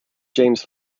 james